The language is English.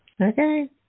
Okay